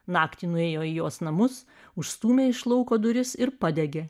naktį nuėjo į jos namus užstūmė iš lauko duris ir padegė